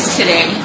today